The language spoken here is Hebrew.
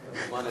אתה מוזמן אלי.